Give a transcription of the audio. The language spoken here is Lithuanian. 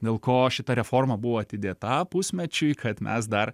dėl ko šita reforma buvo atidėta pusmečiui kad mes dar